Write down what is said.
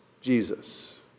Jesus